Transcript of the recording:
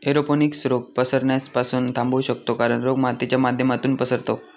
aeroponics रोग पसरण्यास पासून थांबवू शकतो कारण, रोग मातीच्या माध्यमातून पसरतो